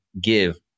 give